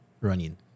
running